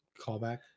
Callback